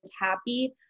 happy